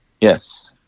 Yes